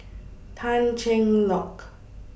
Tan Cheng Lock